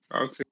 Okay